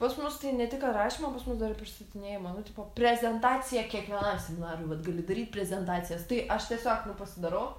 pas mus tai ne tik ar rašymo pas mus dar pristatinėjimo nu tipo prezentacija kiekvienam seminarui vat gali daryti prezentacijas tai aš tiesiog pasidarau